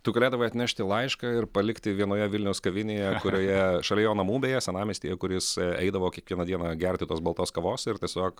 tu galėdavai atnešti laišką ir palikti vienoje vilniaus kavinėje kurioje šalia jo namų beje senamiestyje kur jis eidavo kiekvieną dieną gerti tos baltos kavos ir tiesiog